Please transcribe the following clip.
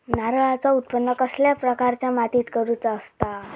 नारळाचा उत्त्पन कसल्या प्रकारच्या मातीत करूचा असता?